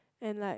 and like